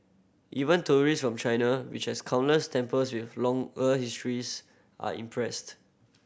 even tourist from China which has countless temples with longer histories are impressed